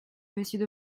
monsieur